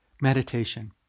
meditation